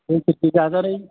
बोसोरसे जाजानाय